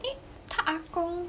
eh 他 ah gong